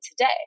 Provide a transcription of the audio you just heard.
today